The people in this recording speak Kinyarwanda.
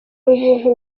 ubuntu